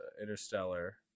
Interstellar